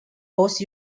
host